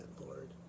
lord